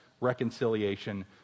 reconciliation